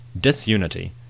disunity